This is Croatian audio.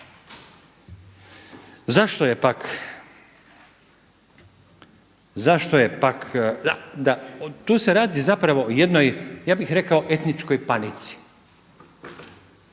direktivama EU. Zašto je pak, da tu se radi zapravo o jednoj ja bih rekao etničkoj panici.